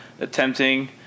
attempting